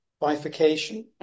bifurcation